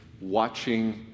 watching